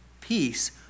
Peace